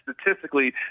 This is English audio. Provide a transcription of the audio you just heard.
statistically